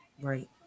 Right